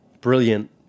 brilliant